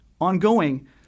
ongoing